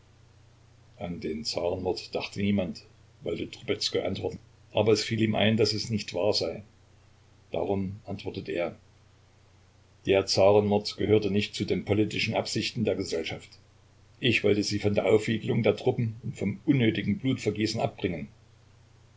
an den zarenmord dachte niemand wollte trubezkoi antworten aber es fiel ihm ein daß es nicht wahr sei darum antwortete er der zarenmord gehörte nicht zu den politischen absichten der gesellschaft ich wollte sie von der aufwiegelung der truppen und vom unnötigen blutvergießen abbringen